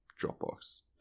Dropbox